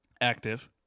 active